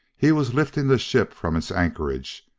he was lifting the ship from its anchorage,